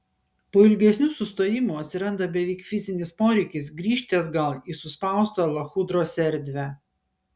po ilgesnių sustojimų atsiranda beveik fizinis poreikis grįžti atgal į suspaustą lachudros erdvę